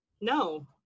no